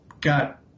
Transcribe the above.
got